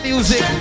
Music